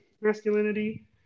masculinity